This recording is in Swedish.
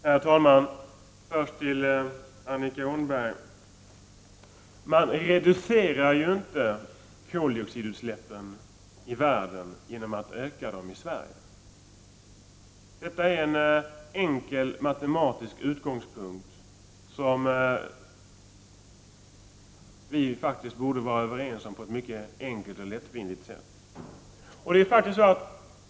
Herr talman! Först till Annika Åhnberg. Man reducerar ju inte koldioxidutsläppen i världen genom att öka dem i Sverige. Detta är en enkel matematisk utgångspunkt, som vi borde vara överens om på ett mycket enkelt och lättvindigt sätt.